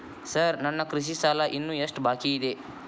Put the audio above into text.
Sir ನನ್ನ ಕೃಷಿ ಸಾಲ ಇನ್ನು ಎಷ್ಟು ಬಾಕಿಯಿದೆ?